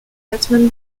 batman